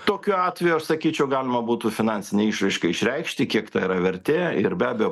tokiu atveju aš sakyčiau galima būtų finansine išraiška išreikšti kiek ta yra vertė ir be abejo